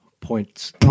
points